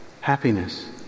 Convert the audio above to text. happiness